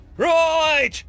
Right